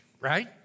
Right